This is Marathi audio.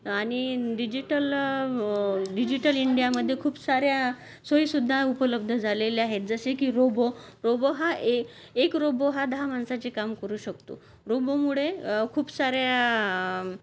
आणि डिजिटल डिजिटल इंडियामध्ये खूप साऱ्या सोयीसुद्धा उपलब्ध झालेल्या आहेत जसे की रोबो रोबो हा एक रोबो हा दहा माणसाची काम करू शकतो रोबोमुळे खूप साऱ्या